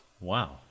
wow